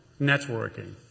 networking